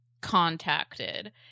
contacted